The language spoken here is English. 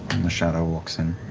and the shadow walks in,